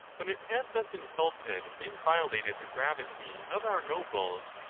when it had thus insulted and violated the gravity of our nobles,